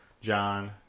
John